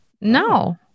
No